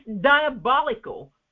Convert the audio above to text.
diabolical